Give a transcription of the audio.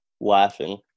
laughing